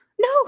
no